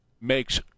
makes